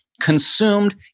consumed